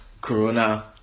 Corona